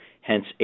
hence